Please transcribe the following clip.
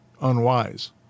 unwise